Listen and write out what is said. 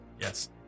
Yes